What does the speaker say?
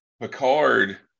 Picard